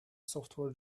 software